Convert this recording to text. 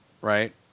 right